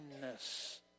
kindness